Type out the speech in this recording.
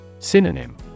Synonym